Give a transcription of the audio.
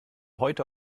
heute